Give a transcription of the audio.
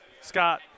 Scott